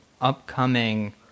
upcoming